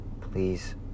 Please